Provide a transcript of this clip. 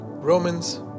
Romans